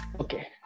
Okay